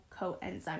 coenzyme